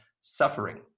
suffering